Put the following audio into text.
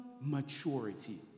Maturity